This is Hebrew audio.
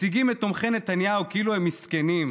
מציגים את תומכי נתניהו כאילו הם מסכנים,